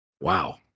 Wow